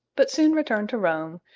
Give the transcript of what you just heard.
but soon returned to rome,